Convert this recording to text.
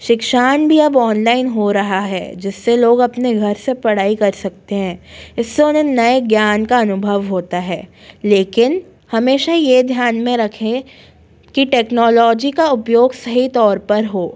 शिक्षण भी अब ऑनलाइन हो रहा है जिससे लोग अपने घर से पढ़ाई कर सकते हैं इससे उन्हें नए ज्ञान का अनुभव होता है लेकिन हमेशा यह ध्यान में रखें की टेक्नोलॉजी का उपयोग सही तौर पर हो